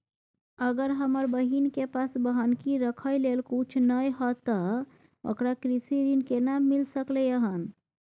अगर हमर बहिन के पास बन्हकी रखय लेल कुछ नय हय त ओकरा कृषि ऋण केना मिल सकलय हन?